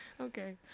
Okay